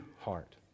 heart